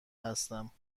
هستم